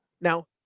Now